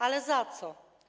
Ale za co?